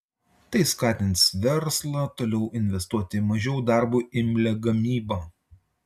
tai skatins verslą toliau investuoti į mažiau darbui imlią gamybą